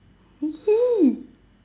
!ee!